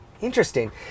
interesting